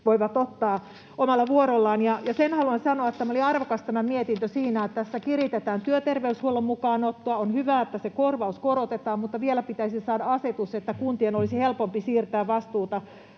rokotteet omalla vuorollaan. Sen haluan sanoa, että tämä mietintö oli arvokas siinä, että tässä kiritetään työterveyshuollon mukaan ottoa. On hyvä, että se korvaus korotetaan, mutta vielä pitäisi saada asetus, että kuntien olisi helpompi siirtää vastuuta